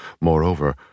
Moreover